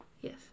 Yes